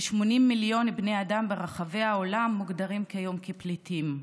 כ-80 מיליון בני אדם ברחבי העולם מוגדרים כיום כפליטים.